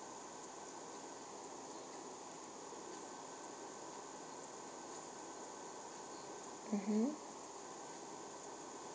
mmhmm